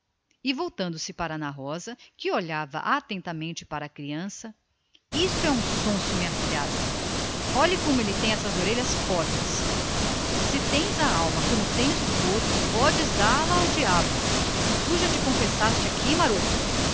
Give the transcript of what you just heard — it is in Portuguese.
e voltando-se para ana rosa isto é um sonso minha afilhada olhe em que estado ele traz as orelhas se tens a alma como tens o corpo podes dá-la ao diabo tu já te confessaste aqui maroto